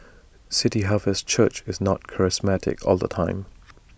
city harvest church is not charismatic all the time